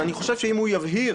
ואני חושב שאם הוא יבהיר